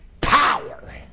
power